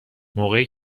موقعی